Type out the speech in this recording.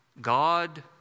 God